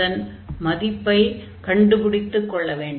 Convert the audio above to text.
அதன் மதிப்பை கண்டுபிடித்துக் கொள்ள வேண்டும்